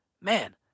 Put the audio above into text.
Man